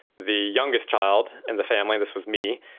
the youngest child in the family, this was me,